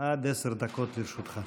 עד עשר דקות לרשותך.